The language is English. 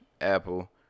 apple